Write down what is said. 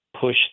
push